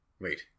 Wait